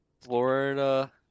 Florida